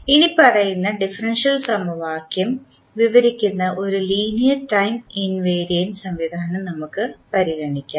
ഇനിപ്പറയുന്ന ഡിഫറൻഷ്യൽ സമവാക്യം വിവരിക്കുന്ന ഒരു ലീനിയർ ടൈം ഇൻവേരിയൻറെ സംവിധാനം നമുക്ക് പരിഗണിക്കാം